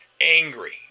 angry